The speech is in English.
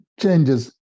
changes